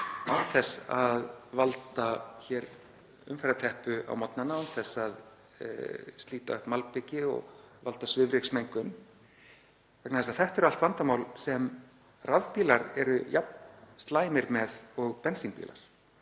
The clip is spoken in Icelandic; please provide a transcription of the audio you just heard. þess að valda hér umferðarteppu á morgnana, án þess að slíta malbiki og valda svifryksmengun, vegna þess að þetta eru allt vandamál sem rafbílar eru jafn slæmir með og bensínbílar.